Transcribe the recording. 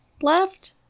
left